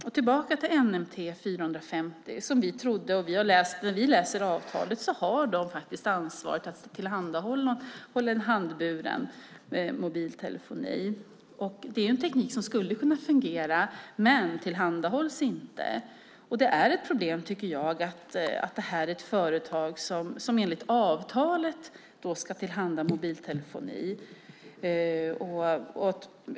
Vad vi kan se av avtalet har NMT 450 faktiskt ansvaret att tillhandahålla handburen mobiltelefoni. Tekniken skulle kunna fungera, men den tillhandahålls inte. Jag tycker att det är ett problem. Det här är ett företag som enligt avtalet ska tillhandahålla mobiltelefoni.